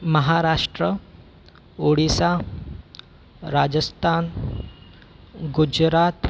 Maharashtra Odisha Rajasthan Gujarat